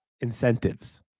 incentives